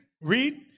read